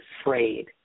afraid